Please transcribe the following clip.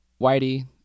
whitey